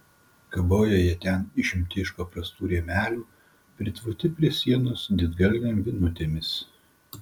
kabojo jie ten išimti iš paprastų rėmelių pritvoti prie sienos didgalvėm vinutėmis